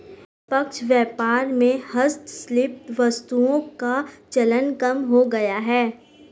निष्पक्ष व्यापार में हस्तशिल्प वस्तुओं का चलन कम हो गया है